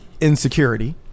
insecurity